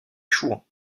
chouans